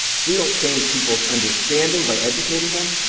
if we don't change people's understanding by educating them,